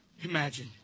Imagine